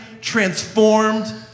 transformed